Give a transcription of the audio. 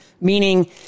Meaning